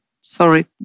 Sorry